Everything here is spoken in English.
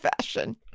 fashion